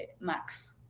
max